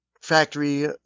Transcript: factory